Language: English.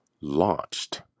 launched